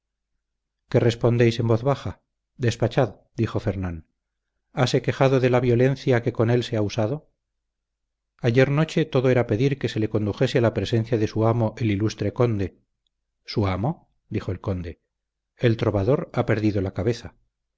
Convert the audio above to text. qué respondéis en voz baja despachad dijo fernán hase quejado de la violencia que con él se ha usado ayer noche todo era pedir que se le condujese a presencia de su amo el ilustre conde su amo dijo el conde el trovador ha perdido la cabeza